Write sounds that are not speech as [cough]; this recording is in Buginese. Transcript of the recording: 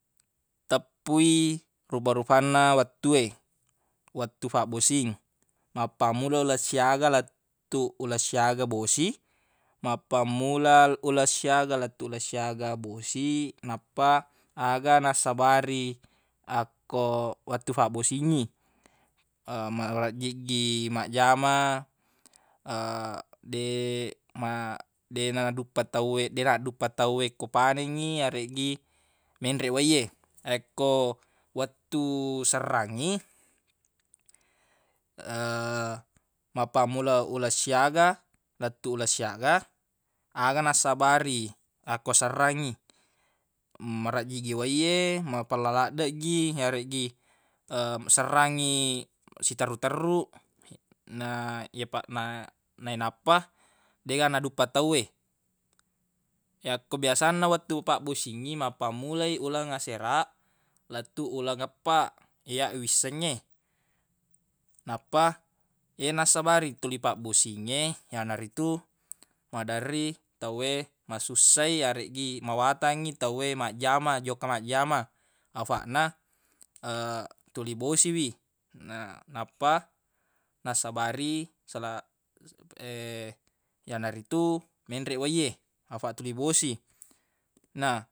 Teppui rufa-rufanna wettu e wettu fabbosing mappammula uleng siaga lettuq uleng siaga bosi mappammula uleng siaga lettuq uleng siaga bosi nappa aga nassabari akko wettu fabbosingngi [hesitation] marejjiggi majjama [hesitation] de- ma- deq nanaduppa tawwe deq nadduppa tawwe ko panengngi yareggi menreq wai e yakko wettu sarrangngi [hesitation] mappammula uleng siaga lettuq uleng siaga aga nassabari akko sarrangngi marejjiggi wai e mapella laddeq gi yareggi [hesitation] sarrangngi siterruq-terruq na- yepaq na- nainappa degga na duppa tawwe yakko biasanna wettu pabbosingngi mappammulai uleng asera lettuq uleng eppa ya wissengnge nappa ye nassabari tuli pabbosingnge yanaritu maderri tawwe masussai yareggi mawatangngi tawwe majjama jokka majjama afaq na [hesitation] tuli bosi wi na- nappa nassabari sala- [hesitation] yanaritu menreq wai e afaq tuli bosi na-